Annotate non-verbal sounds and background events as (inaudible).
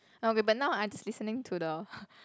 okay but now I just listening to the (laughs)